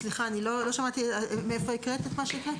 סליחה, לא שמעתי מאיפה הקראת את מה שהקראת.